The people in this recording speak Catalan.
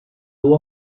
duo